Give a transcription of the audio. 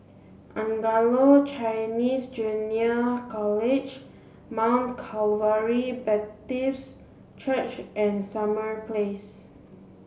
Anglo Chinese Junior College Mount Calvary Baptist Church and Summer Place